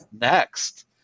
next